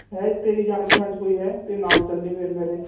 ਹੈ ਤੇਰੀ ਜਾਣ ਪਛਾਣ 'ਚ ਕੋਈ ਹੈ ਅਤੇ ਨਾਲ ਚੱਲੀ ਫਿਰ ਮੇਰੇ